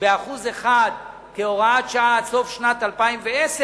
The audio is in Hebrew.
ב-1% כהוראת שעה עד סוף שנת 2010,